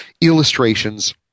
illustrations